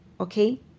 Okay